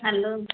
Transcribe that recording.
hello